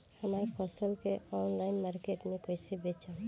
हमार फसल के ऑनलाइन मार्केट मे कैसे बेचम?